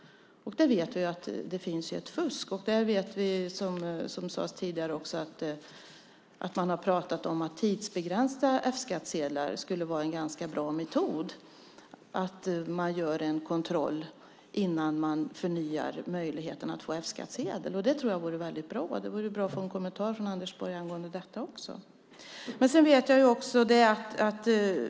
Vi vet att det finns ett fusk. Man har pratat om att en tidsbegränsning av F-skattsedlar skulle vara en bra metod, det vill säga att göra en kontroll innan förnyelse av F-skattsedel. Det skulle vara bra. Det vore bra om vi kunde få en kommentar från Anders Borg även om detta.